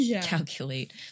calculate